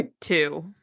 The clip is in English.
two